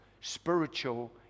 spiritual